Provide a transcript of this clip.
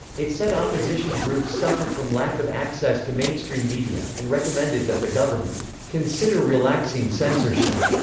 it said opposition groups suffered from lack of access to mainstream media, and recommended that the government consider relaxing censorship.